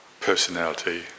personality